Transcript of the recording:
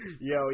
Yo